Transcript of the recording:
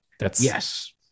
Yes